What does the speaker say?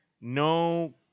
no